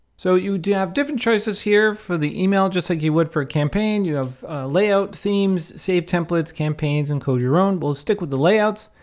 so you do have different choices here for the email, just like you would for a campaign. you have a layout themes, save templates, campaigns, and code your own. we'll stick with the layouts.